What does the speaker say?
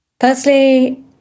Firstly